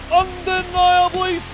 undeniably